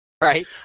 Right